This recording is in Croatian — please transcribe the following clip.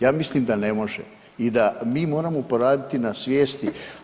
Ja mislim da ne može i da mi moramo poraditi na svijesti.